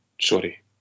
sorry